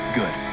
good